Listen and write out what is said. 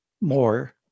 more